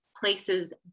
places